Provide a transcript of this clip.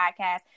podcast